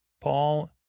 Paul